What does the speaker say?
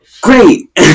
Great